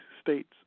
states